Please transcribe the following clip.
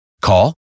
Call